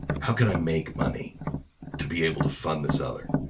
how can i make money to be able to fund this other?